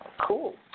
Cool